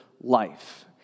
life